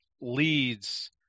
leads